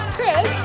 Chris